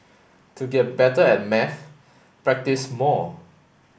to get better at maths practise more